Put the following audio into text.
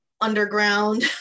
underground